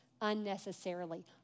unnecessarily